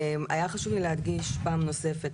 היה חשוב לי להדגיש פעם נוספת,